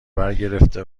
برگرفته